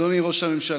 אדוני ראש הממשלה,